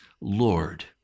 Lord